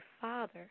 Father